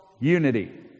unity